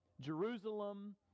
Jerusalem